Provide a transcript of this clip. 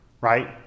right